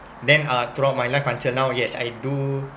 then uh throughout my life until now yes I do